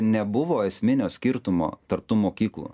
nebuvo esminio skirtumo tarp tų mokyklų